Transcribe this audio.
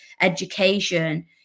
education